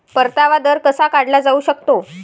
परतावा दर कसा काढला जाऊ शकतो?